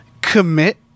commit